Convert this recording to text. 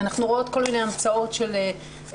אנחנו רואות כל מיני המצאות של נשים,